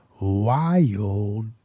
wild